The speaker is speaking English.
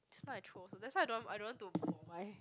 just now I troll her that's why I don't want I don't want to put on my